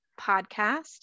podcast